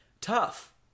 Tough